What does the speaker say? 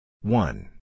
One